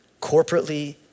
Corporately